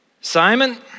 Simon